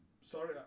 sorry